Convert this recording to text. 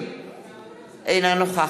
לזכותכם.